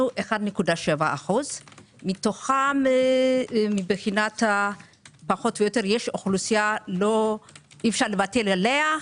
1.7%. מתוכם יש אוכלוסייה אי אפשר לוותר עליה,